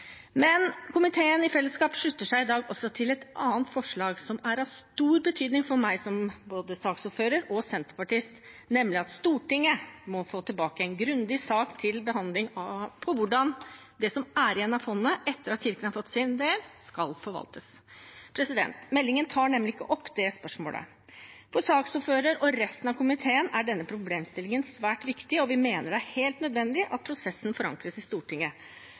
Komiteen slutter seg i dag i fellesskap også til et annet forslag som er av stor betydning for meg både som saksordfører og senterpartist, nemlig at Stortinget må få til behandling en grundig sak om hvordan det som er igjen av fondet etter at Kirken har fått sin del, skal forvaltes. Meldingen tar nemlig ikke opp det spørsmålet. For saksordføreren og resten av komiteen er denne problemstillingen svært viktig, og vi mener det er helt nødvendig at prosessen forankres i Stortinget: